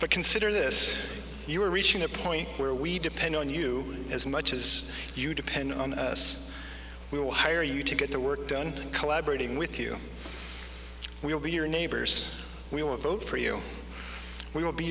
but consider this you are reaching a point where we depend on you as much as you depend on us we will hire you to get the work done collaborating with you we will be your neighbors we will vote for you we will be